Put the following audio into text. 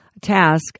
task